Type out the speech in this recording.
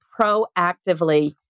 proactively